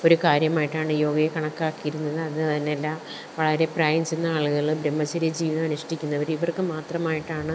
ഒരു കാര്യമായിട്ടാണ് യോഗയെ കണക്കാക്കിയിരുന്നത് അത് തന്നല്ല വളരെ പ്രായം ചെന്ന ആളുകൾ ബ്രഹ്മചര്യ ജീവിതം അനുഷ്ഠിക്കുന്നവർ ഇവര്ക്ക് മാത്രമായിട്ടാണ്